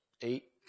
eight